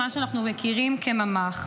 מה שאנחנו מכירים כממ"ח.